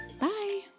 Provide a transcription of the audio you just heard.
Bye